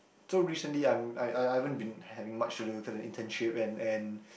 so recently I'm I I I haven't been having much to do cause the internship and and